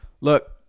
look